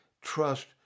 trust